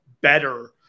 better